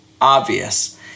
obvious